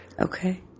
Okay